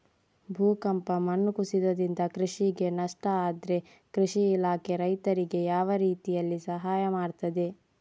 ಭೂಕಂಪ, ಮಣ್ಣು ಕುಸಿತದಿಂದ ಕೃಷಿಗೆ ನಷ್ಟ ಆದ್ರೆ ಕೃಷಿ ಇಲಾಖೆ ರೈತರಿಗೆ ಯಾವ ರೀತಿಯಲ್ಲಿ ಸಹಾಯ ಮಾಡ್ತದೆ?